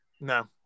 No